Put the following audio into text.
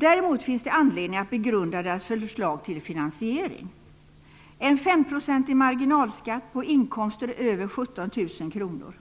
Däremot finns det anledning att begrunda deras förslag till finansiering. Det gäller en femprocentig marginalskatt på inkomster över 17 000 kronor,